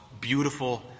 beautiful